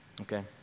okay